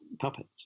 puppets